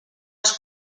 els